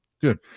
good